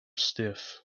stiff